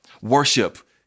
Worship